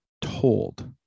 told